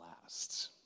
last